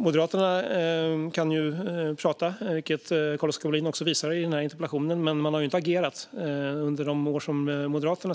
Moderaterna kan ju prata, vilket Carl-Oskar Bohlin visar i denna interpellation, men de har inte agerat. Under de år som Moderaterna